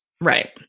Right